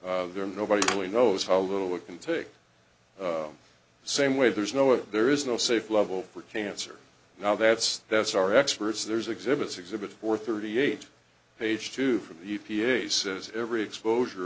are there nobody really knows how little it can take the same way there's no if there is no safe level for cancer now that's that's our experts there's exhibits exhibit four thirty eight page two from the e p a says every exposure